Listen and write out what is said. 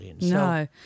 no